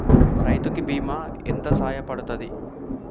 రైతు కి బీమా ఎంత సాయపడ్తది?